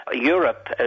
Europe